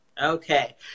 Okay